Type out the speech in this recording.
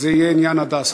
בעניין "הדסה".